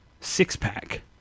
six-pack